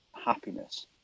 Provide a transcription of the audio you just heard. happiness